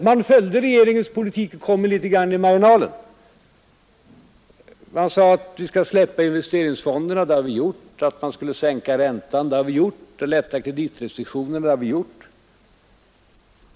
Man följde regeringens politik och kom med några förslag i marginalen, Man sade att vi skulle släppa investeringsfonderna, och det har vi gjort, att vi skulle sänka räntan, och det har vi gjort, och att vi skulle lätta kreditrestriktionerna, och det har vi gjort.